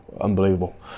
unbelievable